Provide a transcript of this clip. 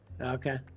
Okay